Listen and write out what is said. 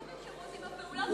עם הפעולות שלו בצבא,